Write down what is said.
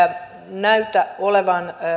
näytä olevan